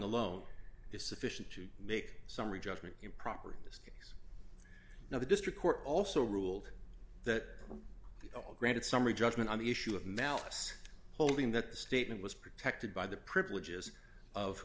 alone is sufficient to make summary judgment improper just now the district court also ruled that a granted summary judgment on the issue of malice holding that the statement was protected by the privileges of